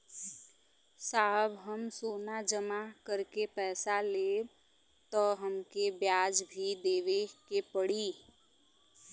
साहब हम सोना जमा करके पैसा लेब त हमके ब्याज भी देवे के पड़ी?